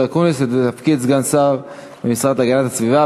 אקוניס לתפקיד סגן שר במשרד להגנת הסביבה,